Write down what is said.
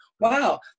wow